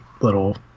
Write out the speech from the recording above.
little